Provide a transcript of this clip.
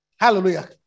Hallelujah